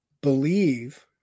believe